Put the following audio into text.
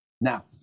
now